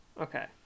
Okay